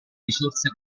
risorsa